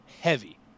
heavy